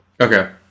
Okay